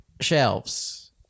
shelves